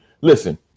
listen